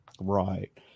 Right